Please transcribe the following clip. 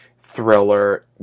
thriller